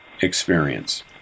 experience